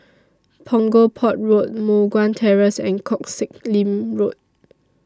Punggol Port Road Moh Guan Terrace and Koh Sek Lim Road